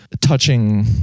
touching